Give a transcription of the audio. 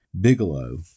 Bigelow